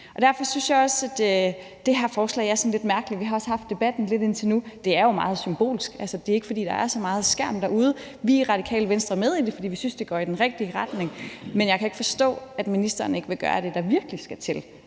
Derfor synes jeg også, at det her forslag er sådan lidt mærkeligt. Vi har også i debatten indtil nu talt om, at det jo er meget symbolsk. Altså, det er ikke, fordi der er så meget skærm derude. Radikale Venstre er med i det, fordi vi synes, det går i den rigtige retning, men jeg kan ikke forstå, at ministeren ikke vil gøre det, der virkelig skal til.